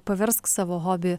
paversk savo hobį